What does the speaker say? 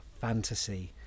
fantasy